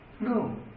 No